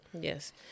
yes